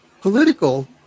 Political